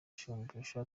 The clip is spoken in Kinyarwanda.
shumbusho